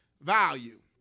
value